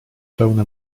pełne